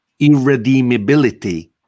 irredeemability